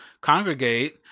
congregate